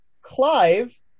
Clive